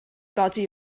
godi